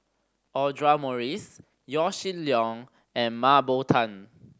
Audra Morrice Yaw Shin Leong and Mah Bow Tan